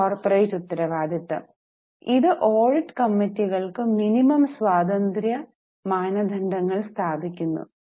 പിന്നെ കോർപ്പറേറ്റ് ഉത്തരവാദിത്തം ഇത് ഓഡിറ്റ് കമ്മിറ്റികൾക്ക് മിനിമം സ്വാതന്ത്ര്യ മാനദണ്ഡങ്ങൾ സ്ഥാപിക്കുന്നു